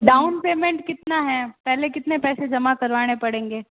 down payment कितना हैं पहले कितने पैसे जमा करवाने पड़ेंगे